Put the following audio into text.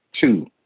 Two